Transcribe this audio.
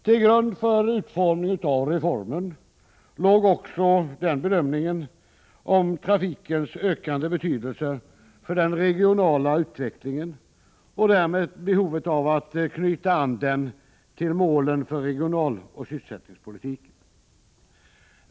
Till grund för utformningen av reformen låg också en bedömning om trafikens ökande betydelse för den regionala utvecklingen och därmed behovet av att knyta an den till målen för regionaloch sysselsättningspolitiken.